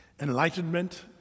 enlightenment